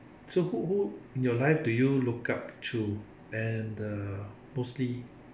so who who in your life do you look up to and uh mostly